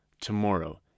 Tomorrow